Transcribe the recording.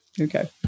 okay